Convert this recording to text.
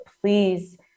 please